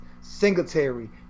Singletary